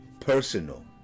personal